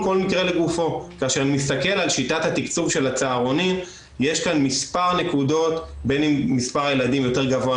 כמו שדודי הציג, במסגרת הצהרון בכל גן צריכה